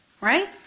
Right